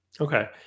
Okay